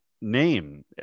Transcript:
name